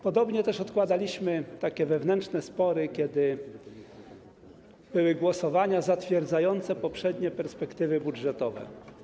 Podobnie też odkładaliśmy takie wewnętrzne spory, kiedy były głosowania zatwierdzające poprzednie perspektywy budżetowe.